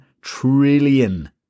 trillion